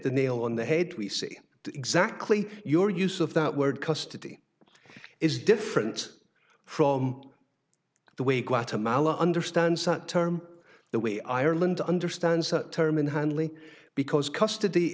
the nail on the head we see exactly your use of that word custody is different from the way guatemala understands the term the way ireland understands the term in handley because custody